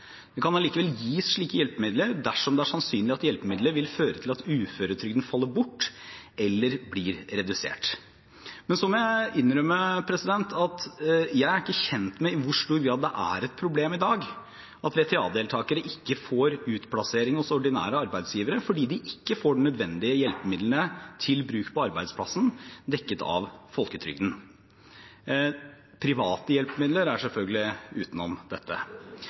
Det kan likevel gis slike hjelpemidler dersom det er sannsynlig at hjelpemiddelet vil føre til at uføretrygden faller bort eller blir redusert. Jeg må innrømme at jeg ikke er kjent med i hvor stor grad det er et problem i dag at VTA-deltakere ikke får utplassering hos ordinære arbeidsgivere fordi de ikke får de nødvendige hjelpemidlene til bruk på arbeidsplassen dekket av folketrygden – private hjelpemidler kommer selvfølgelig utenom dette.